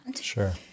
Sure